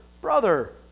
brother